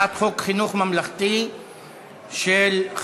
38. נגד,